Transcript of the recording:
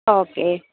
okay